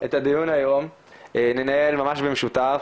את הדיון היום ננהל ממש במשותף,